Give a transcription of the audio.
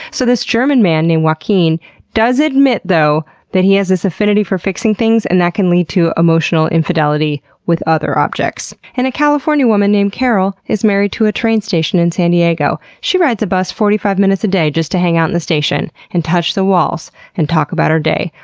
so this german man named joaquim does admit though that he has this affinity for fixing things and that can lead to emotional infidelity with other objects. and a california woman named carol is married to a train station in san diego. she rides a bus forty five minutes a day just to hang out in the station and touch the walls and talk about her day,